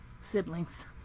siblings